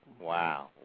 wow